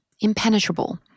impenetrable